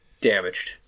damaged